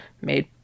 made